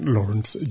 Lawrence